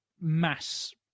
mass